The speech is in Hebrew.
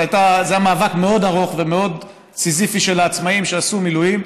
זה היה מאבק מאוד ארוך ומאוד סיזיפי של העצמאים שעשו מילואים,